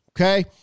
Okay